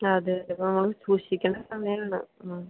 ആ അതെ ഇപ്പോൾ നമ്മൾ സൂക്ഷിക്കേണ്ട സമയമാണ് മ്